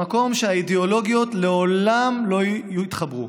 במקום שהאידיאולוגיות לעולם לא יתחברו.